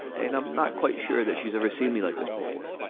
and i'm not quite sure that she's ever seen me like this before.